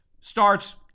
starts